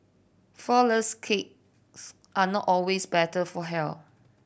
flourless cakes are not always better for health